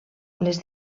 les